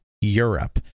Europe